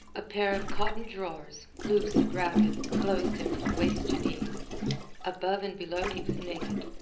a pair of cotton drawers, loose and ragged, clothed him from waist to knee above and below he was naked,